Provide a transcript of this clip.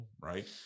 right